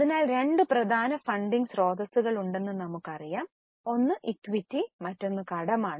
അതിനാൽ രണ്ട് പ്രധാന ഫണ്ടിംഗ് സ്രോതസ്സുകളുണ്ടെന്ന് നമുക്കറിയാം ഒന്ന് ഇക്വിറ്റി മറ്റൊന്ന് കടമാണ്